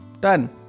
Done